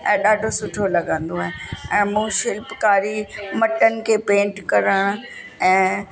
ऐं ॾाढो सुठो लॻंदो आहे ऐं मूं शिल्पकारी मटन खे पेंट करण ऐं